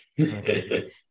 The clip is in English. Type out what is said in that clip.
Okay